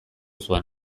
zuen